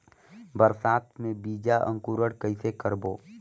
बरसात मे बीजा अंकुरण कइसे करबो?